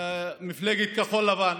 מפלגת כחול לבן,